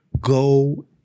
Go